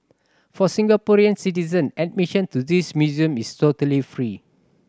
for Singaporean citizen admission to this museum is totally free